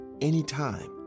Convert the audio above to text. Anytime